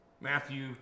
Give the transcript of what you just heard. Matthew